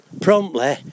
promptly